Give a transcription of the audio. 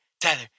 Tyler